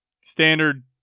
standard